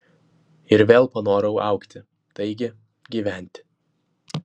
ir vėl panorau augti taigi gyventi